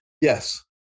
Yes